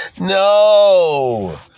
No